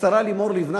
השרה לימור לבנת,